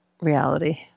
reality